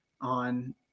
on